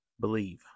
believe